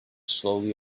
slowly